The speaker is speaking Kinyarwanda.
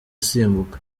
asimbuka